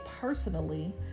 personally